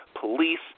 police